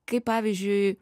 kaip pavyzdžiui